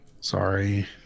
Sorry